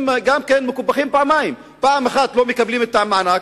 והם יוצאים מקופחים פעמיים: פעם אחת כי לא מקבלים את המענק,